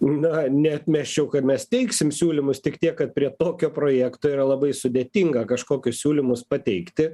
na neatmesčiau kad mes teiksim siūlymus tik tiek kad prie tokio projekto yra labai sudėtinga kažkokius siūlymus pateikti